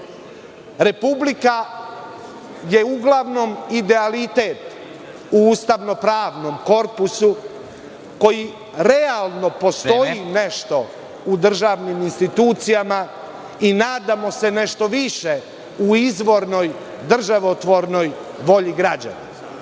Republika je uglavnom idealitet u ustavno-pravnom korpusu koji realno postoji u državnim institucijama i nadamo se nečem više u izvornoj državotvornoj volji građana.